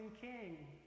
King